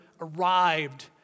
arrived